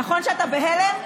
נכון שאתה בהלם?